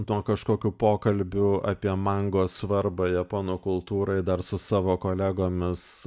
nuo kažkokių pokalbių apie mango svarbą japonų kultūrai dar su savo kolegomis